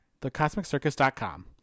thecosmiccircus.com